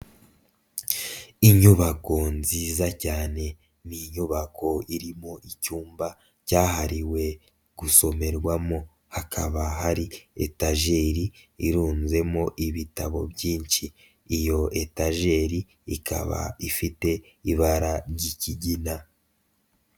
Inyubako nziza cyane ni inyubako iririmo icyumba cyahariwe gusomerwamo hakaba hari etageri irunzemo ibitabo byinshi, iyo etageri ikaba ifite ibara ry'ikigina.